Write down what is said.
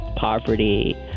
poverty